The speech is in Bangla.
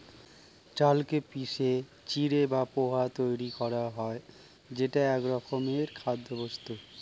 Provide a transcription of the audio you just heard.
চালকে পিষে চিঁড়ে বা পোহা তৈরি করা হয় যেটা একরকমের খাদ্যবস্তু